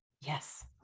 Yes